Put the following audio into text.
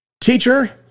Teacher